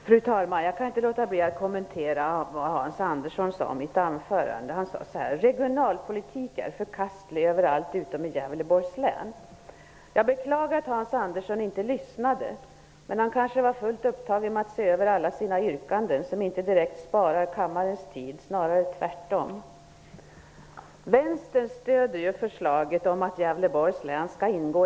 Fru talman! Jag kan inte låta bli att kommentera vad Hans Andersson sade om mitt anförande. Han sade: Regionalpolitik är förkastlig överallt utom i Jag beklagar att Hans Andersson inte lyssnade, men han kanske var fullt upptagen med att se över alla sina yrkanden, som inte direkt sparar kammarens tid, snarare tvärtom. Vänstern stöder förslaget om att Gävleborgs län skall ingå i Norrlandsfondens verksamhetsområde, men för ännu mer ofinansierade medel, nämligen ytterligare 200 miljoner. Snacka om populism! Jag vill påtala för Hans Andersson att hela utskottet inklusive Vänstern ville ha in Gävleborgs län i Norrlandsfondens verksamhetsområde.